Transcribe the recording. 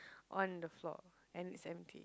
on the floor and it's empty